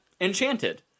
enchanted